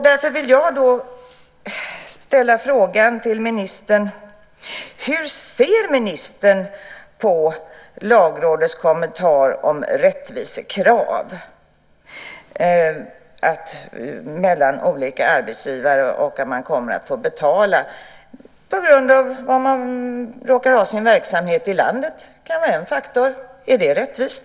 Därför vill jag ställa en fråga till ministern. Hur ser ministern på Lagrådets kommentar om rättvisekrav? Det gäller rättvisa mellan olika arbetsgivare och att man kommer att få betala olika mycket på grund av var man har sin verksamhet i landet - det kan vara en faktor. Är det rättvist?